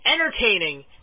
entertaining